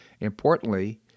Importantly